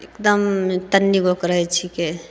एकदम तनीगोके रहैत छिकै